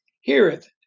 heareth